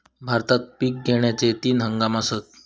भारतात पिक घेण्याचे तीन हंगाम आसत